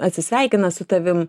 atsisveikina su tavim